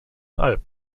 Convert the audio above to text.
alben